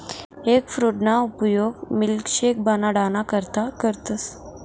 एगफ्रूटना उपयोग मिल्कशेक बनाडाना करता करतस